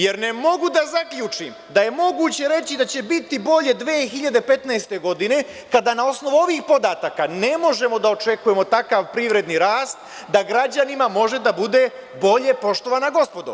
Jer, ne mogu da zaključim da je moguće reći da će biti bolje 2015. godine, kada na osnovu ovih podataka ne možemo da očekujemo takav privredni rast da građanima može da bude bolje, poštovana gospodo.